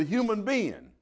the human being